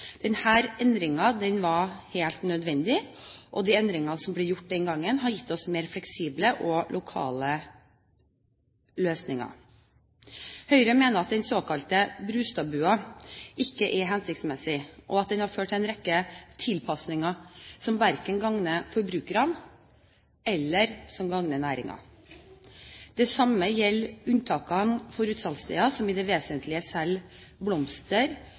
den gangen, har gitt oss mer fleksible og lokale løsninger. Høyre mener at den såkalte Brustad-bua ikke er hensiktsmessig, og at den har ført til en rekke tilpasninger som verken gagner forbrukerne eller næringen. Det samme gjelder unntakene for utsalgssteder som i det vesentlige